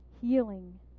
healing